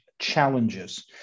challenges